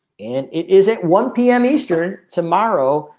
and it is at one pm eastern tomorrow,